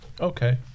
Okay